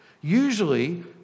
Usually